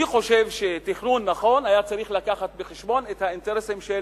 אני חושב שתכנון נכון היה צריך להביא בחשבון את האינטרסים של